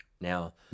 now